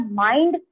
mind